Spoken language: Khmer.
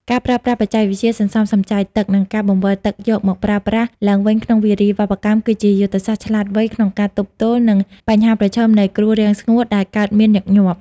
ការប្រើប្រាស់បច្ចេកវិទ្យាសន្សំសំចៃទឹក និងការបង្វិលទឹកយកមកប្រើប្រាស់ឡើងវិញក្នុងវារីវប្បកម្ម គឺជាយុទ្ធសាស្ត្រឆ្លាតវៃក្នុងការទប់ទល់នឹងបញ្ហាប្រឈមនៃគ្រោះរាំងស្ងួតដែលកើតមានញឹកញាប់។